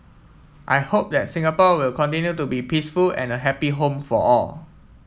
I hope that Singapore will continue to be peaceful and a happy home for all